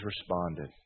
responded